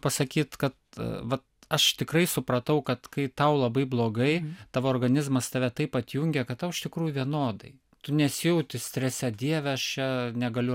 pasakyt kad vat aš tikrai supratau kad kai tau labai blogai tavo organizmas tave taip atjungia kad tau iš tikrųjų vienodai tu nesijauti strese dieve aš čia negaliu